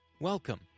Welcome